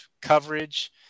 coverage